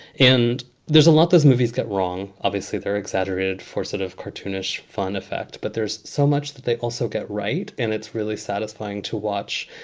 and there's a lot those movies get wrong. obviously, they're exaggerated for sort of cartoonish fun effect, but there's so much that they also get. right. and it's really satisfying to watch